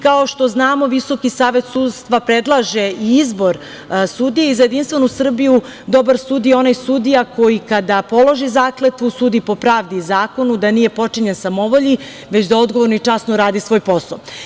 Kao što znamo, Visoki savet sudstva predlaže i izbor sudija i za Jedinstvenu Srbiju dobar sudija je onaj sudija koji kada položi zakletvu sudi po pravdi i zakonu, da nije potčinjen samovolji, već da odgovorno i časno radi svoj posao.